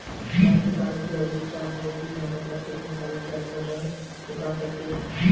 ऋण चुकाने की अवधि क्या होती है मतलब कितने साल के अंदर ऋण चुका सकते हैं?